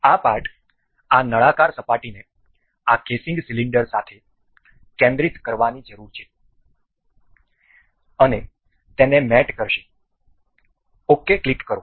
આ પાર્ટ આ નળાકાર સપાટીને આ કેસીંગ સિલિન્ડર સાથે કેન્દ્રિત કરવાની જરૂર છે અને તેને મેટ કરશે ok ક્લિક કરો